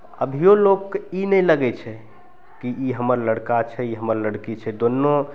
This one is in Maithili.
अभियो लोककेई नहि लगय छै कि ई हमर लड़िका छै ई हमर लड़की छै दुनू